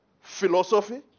philosophy